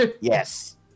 Yes